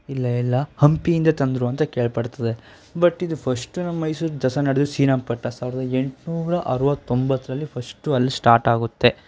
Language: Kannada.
ಇಲ್ಲ ಇಲ್ಲ ಹಂಪಿಯಿಂದ ತಂದರು ಅಂತ ಕೇಳಿಪಡ್ತದೆ ಬಟ್ ಇದು ಫಸ್ಟು ನಮ್ಮ ಮೈಸೂರು ದಸ್ರಾ ನಡೆದದ್ದು ಶ್ರೀರಂಗಪಟ್ಣ ಸಾವಿರದ ಎಂಟ್ನೂರ ಅರವತೊಂಬತ್ತರಲ್ಲಿ ಫಸ್ಟು ಅಲ್ಲಿ ಸ್ಟಾರ್ಟಾಗುತ್ತೆ